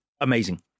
Amazing